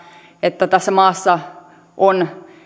että tässä maassa on